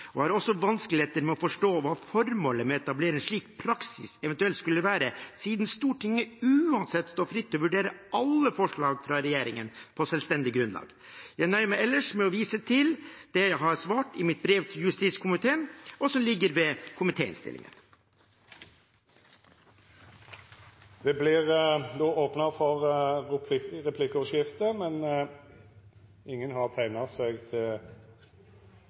Jeg har også vanskeligheter med å forstå hva formålet med å etablere en slik praksis eventuelt skulle være, siden Stortinget uansett står fritt til å vurdere alle forslag fra regjeringen på selvstendig grunnlag. Jeg nøyer meg ellers med å vise til det jeg har svart i mitt brev til justiskomiteen, og som ligger ved komitéinnstillingen. Det vert replikkordskifte. Sidan dette er eit mandat til eit utval og ikkje noko som regjeringa har fremja for